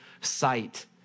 sight